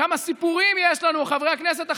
כמה סיפורים יש לנו, חברי הכנסת החרדים,